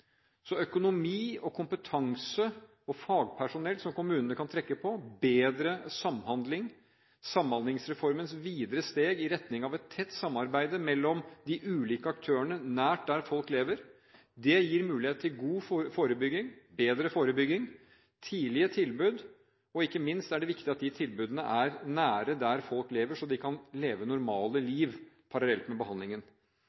økonomi, kompetanse og fagpersonell som kommunene kan trekke på, bedre samhandling, Samhandlingsreformens videre steg i retning av et tett samarbeid mellom de ulike aktørene nær der folk lever, gir mulighet til god forebygging, bedre forebygging og tidlige tilbud. Ikke minst er det viktig at de tilbudene er nær der folk lever, så de kan leve normale